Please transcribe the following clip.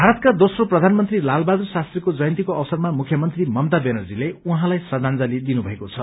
भारतको दोस्रो प्रधानमन्त्री लालबहादुर शास्त्रीको जयन्तीको अवसरमा मुख्यमन्त्री ममता व्यानर्जीले उहाँलाई श्रद्वांजलि दिनुभएको छ